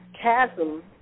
chasm